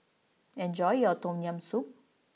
enjoy your Tom Yam Soup